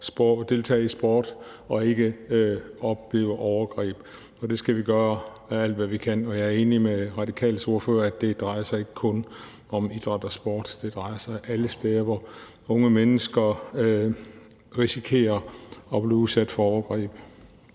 deltage i sport og ikke opleve overgreb. Det skal vi gøre alt, hvad vi kan, for at sikre. Og jeg er enig med De Radikales ordfører i, at det ikke kun drejer sig om idræt og sport; det gælder alle steder, hvor unge mennesker risikerer at blive udsat for overgreb.